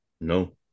No